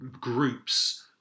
groups